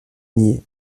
nier